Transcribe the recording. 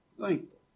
Thankful